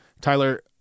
Tyler